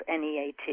NEAT